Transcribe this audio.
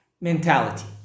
mentality